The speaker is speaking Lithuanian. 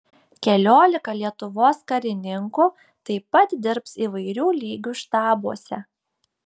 keliolika lietuvos karininkų taip pat dirbs įvairių lygių štabuose